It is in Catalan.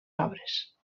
obres